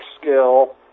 skill